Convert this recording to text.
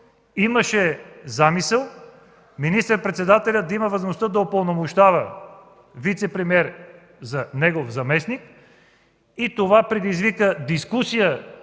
имаше замисъл министър-председателят да има възможността да упълномощава вицепремиер за негов заместник. Това предизвика дискусия